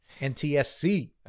NTSC